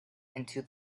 into